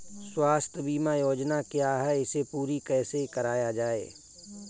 स्वास्थ्य बीमा योजना क्या है इसे पूरी कैसे कराया जाए?